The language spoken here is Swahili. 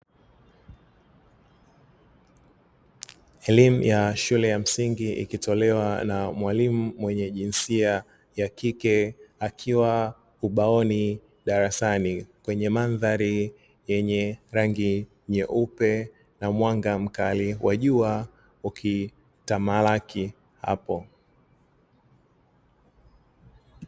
Elimu ya shule ya msingi ikitolewa na mwalimu wa jinsia ya kike akiwa ubaoni darasani, kwenye mandhari ya rangi nyeupe na mwanga mkali wa jua ukitamalaki hapo.